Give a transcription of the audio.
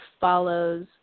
follows